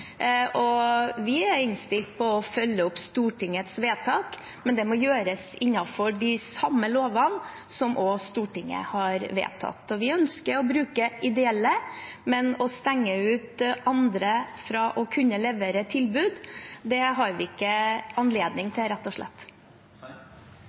Vi er innstilt på å følge opp Stortingets vedtak, men det må gjøres innenfor de samme lovene som Stortinget har vedtatt. Vi ønsker å bruke ideelle, men å utestenge andre fra å kunne levere tilbud, har vi rett og slett ikke anledning